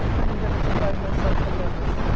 and endeavour to hide myself from lovelace,